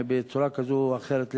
בצורה כזאת או אחרת,